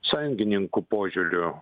sąjungininkų požiūriu